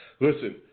Listen